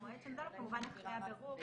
המועד שנודע לו, כמובן אחרי הבירור.